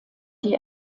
die